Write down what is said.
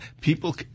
people